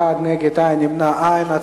14 בעד, נגד, אין, נמנעים, אין.